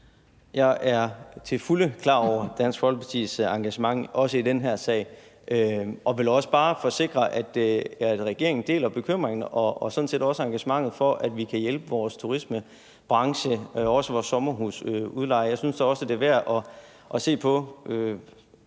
Jeg er til fulde klar over Dansk Folkepartis engagement også i den her sag, og jeg vil bare forsikre om, at regeringen deler bekymringen og sådan set også engagementet, med hensyn til at vi kan hjælpe vores turismebranche og også vores sommerhusudlejere. Jeg synes også, det er værd at se på